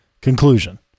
Conclusion